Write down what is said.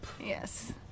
yes